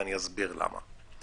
ואני אסביר למה.